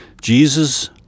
Jesus